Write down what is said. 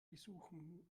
besuchen